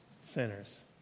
Sinners